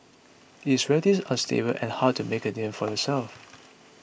it's relatively unstable and hard to make a name for yourself